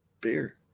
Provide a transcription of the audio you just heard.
Beer